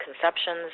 conceptions